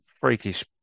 freakish